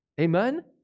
Amen